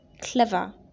Clever